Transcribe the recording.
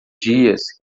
dias